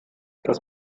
das